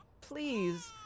please